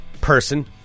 person